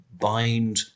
bind